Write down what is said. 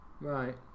Right